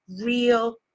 real